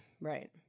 Right